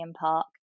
Park